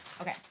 Okay